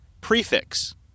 prefix